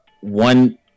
one